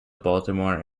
baltimore